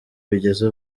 bigeze